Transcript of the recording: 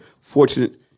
fortunate